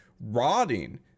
rotting